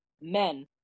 men